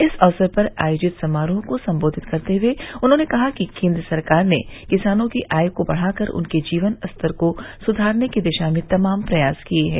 इस अवसर पर आयोजित समारोह को सम्बोधित करते हुए उन्होंने कहा कि केन्द्र सरकार ने किसानों की आय को बढ़ाकर उनके जीवन स्तर को सुधारने की दिशा में तमाम प्रयास किये हैं